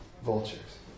Vultures